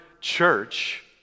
church